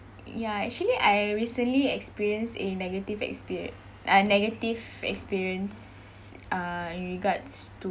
ya actually I recently experienced a negative experie~ uh negative experience uh regards to